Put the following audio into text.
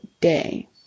day